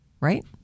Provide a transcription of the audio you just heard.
right